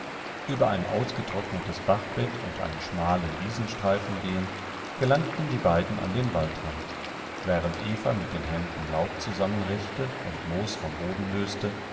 über ein ausgetrocknetes bachbett und einen schmalen wiesenstreifen gehend gelangten die beiden an den waldrand während eva mit den händen laub zusammenrechte und moos vom boden löste